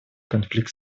конфликт